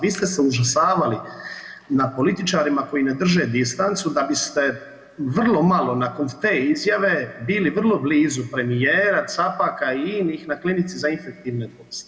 Vi ste se užasavali nad političarima koji ne drže distancu da biste vrlo malo nakon te izjave bili vrlo brzo blizu premijera, Capaka i inih na Klinici za infektivne bolesti.